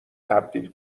تبدیل